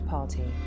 Party